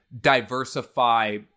diversify